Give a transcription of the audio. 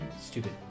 Stupid